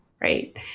right